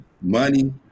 money